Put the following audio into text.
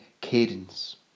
cadence